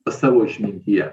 savo išmintyje